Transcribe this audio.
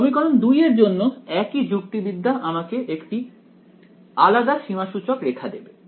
সমীকরণ 2 এর জন্য একই যুক্তিবিদ্যা আমাকে একটি আলাদা সীমাসূচক রেখা দেবে